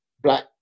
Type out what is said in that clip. black